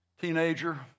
Teenager